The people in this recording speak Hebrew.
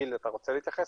גיל, אתה רוצה להתייחס?